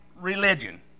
religion